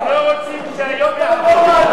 הם לא רוצים שהיום יעבור.